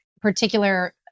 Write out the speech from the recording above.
particular